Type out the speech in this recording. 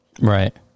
Right